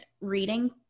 reading